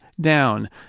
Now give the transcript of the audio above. down